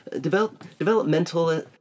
Developmental